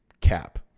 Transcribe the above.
cap